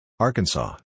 Arkansas